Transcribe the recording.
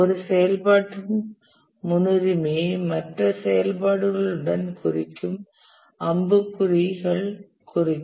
ஒரு செயல்பாட்டின் முன்னுரிமையை மற்ற செயல்பாடுகளுடன் குறிக்கும் அம்புக்குறிகள் குறிக்கும்